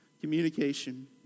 Communication